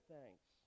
thanks